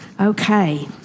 Okay